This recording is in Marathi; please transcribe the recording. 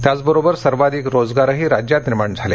त्याचबरोबर सर्वाधिक रोजगारही राज्यात निर्माण झाले